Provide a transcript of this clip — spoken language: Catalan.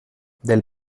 del